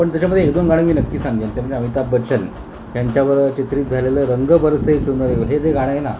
पण त्याच्यामध्ये एक दोन गाणे मी नक्की सांगेन कारण कि अमिताभ बच्चन त्यांच्यावरं चित्रित झालेलं रंगबरसे चुनरी हे जे गाणं आहे ना